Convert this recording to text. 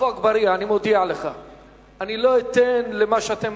עפו אגבאריה, אני מודיע לך שאני לא אתן למה שאתם